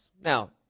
Now